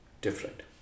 different